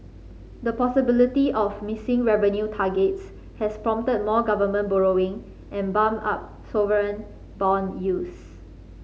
the possibility of missing revenue targets has prompted more government borrowing and bumped up sovereign bond yields